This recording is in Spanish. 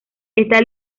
esta